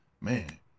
Man